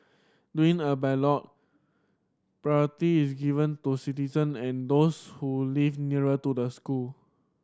during a ballot priority is given to citizen and those who live nearer to the school